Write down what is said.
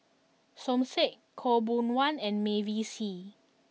Som Said Khaw Boon Wan and Mavis Hee